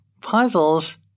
puzzles